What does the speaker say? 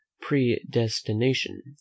predestination